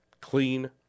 clean